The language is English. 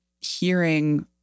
Hearing